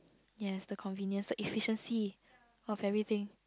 yes the convenience the efficiency of everything